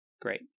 Great